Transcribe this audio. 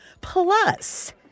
Plus